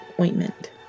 ointment